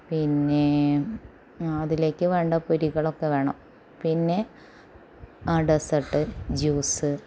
പിന്നെ അതിലേക്ക് വേണ്ട പൊരികളൊക്കെ വേണം പിന്നെ ഡെസേർട്ട് ജ്യൂസ്